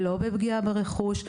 לא בפגיעה ברכוש,